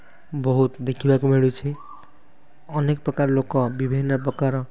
ବହୁତ ଦେଖିବାକୁ ମିଳୁଛି ଅନେକ ପ୍ରକାର ଲୋକ ବିଭିନ୍ନ ପ୍ରକାର